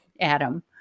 Adam